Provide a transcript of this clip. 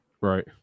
Right